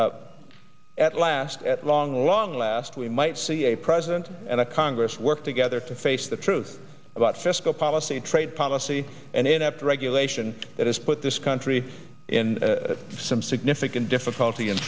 at last at long long last we might see a president and a congress work together to face the truth about fiscal policy and trade policy and inept regulation that has put this country in some significant difficulty in